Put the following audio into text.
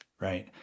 right